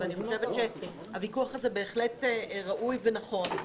ואני חושבת שהוויכוח הזה בהחלט ראוי ונכון,